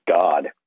God